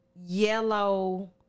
yellow